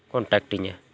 ᱠᱚᱱᱴᱟᱠᱴᱤᱧᱟᱹ